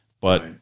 but-